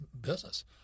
business